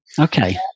Okay